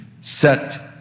set